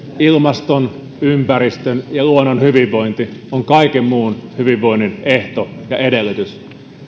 ilmaston ympäristön ja luonnon hyvinvointi on kaiken muun hyvinvoinnin ehto ja edellytys